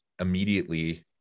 immediately